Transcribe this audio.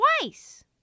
twice